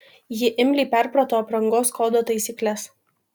ji imliai perprato aprangos kodo taisykles